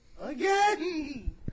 again